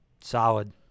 Solid